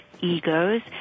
egos